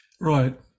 Right